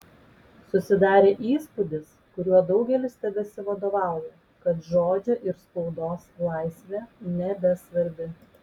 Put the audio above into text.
susidarė įspūdis kuriuo daugelis tebesivadovauja kad žodžio ir spaudos laisvė nebesvarbi